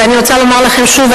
ואני רוצה לומר לכם שוב,